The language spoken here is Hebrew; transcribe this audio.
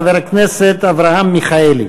חבר הכנסת אברהם מיכאלי.